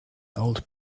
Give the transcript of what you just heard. old